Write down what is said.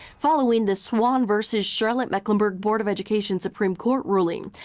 following the swan versus charlotte-mecklenburg board of education supreme court ruling,